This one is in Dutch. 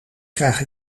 krijg